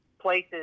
places